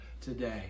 today